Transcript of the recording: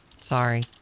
Sorry